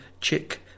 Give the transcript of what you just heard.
Chick